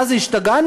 מה זה, השתגענו?